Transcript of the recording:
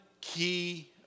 key